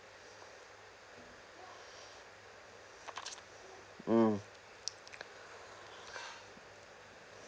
hmm